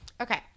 Okay